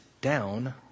down